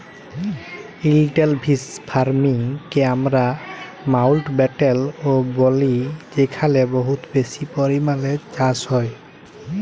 intensive farming কে আমরা মাউল্টব্যাটেল ও ব্যলি যেখালে বহুত বেশি পরিমালে চাষ হ্যয়